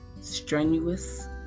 strenuous